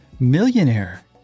Millionaire